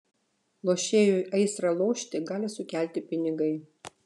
lošėjui aistrą lošti gali sukelti pinigai